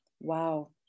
wow